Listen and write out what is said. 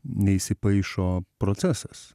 neįsipaišo procesas